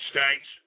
States